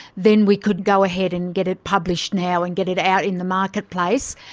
then we could go ahead and get it published now and get it out in the marketplace,